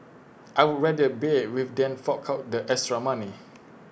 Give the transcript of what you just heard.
I would rather bear with than fork out the extra money